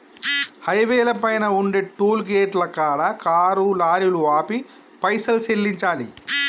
హైవేల పైన ఉండే టోలుగేటుల కాడ కారు లారీలు ఆపి పైసలు సెల్లించాలి